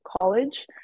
college